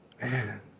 man